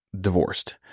divorced